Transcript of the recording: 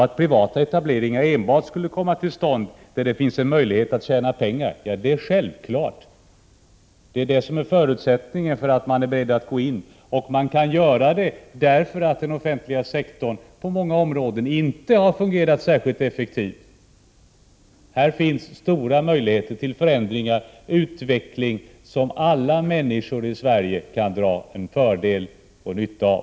Att privata etableringar enbart skulle komma till stånd där det finns möjligheter att tjäna pengar är en självklarhet. Det är just det som är förutsättningen för att man skall starta. Man kan göra det därför att den offentliga sektorn på många områden inte har fungerat särskilt effektivt. Här finns stora möjligheter till förändringar, utveckling, som alla människor i Sverige kan dra fördel och nytta av.